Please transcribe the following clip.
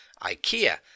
ikea